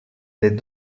les